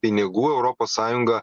pinigų europos sąjunga